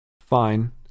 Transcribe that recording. Fine